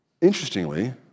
interestingly